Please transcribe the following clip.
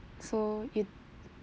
so if